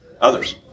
others